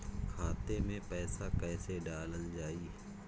खाते मे पैसा कैसे डालल जाई?